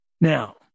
Now